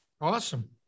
Awesome